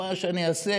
מה שאני אעשה,